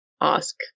ask